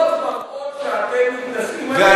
העובדות מראות שאתם מתנשאים עליהם ואתם לא רואים אותם.